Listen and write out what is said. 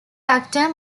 actor